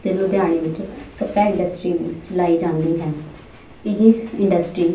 ਅਤੇ ਲੁਧਿਆਣੇ ਵਿੱਚ ਕੱਪੜਾ ਇੰਡਸਟਰੀ ਵੀ ਚਲਾਈ ਜਾਂਦੀ ਹੈ ਇਹ ਇੰਡਸਟਰੀਜ਼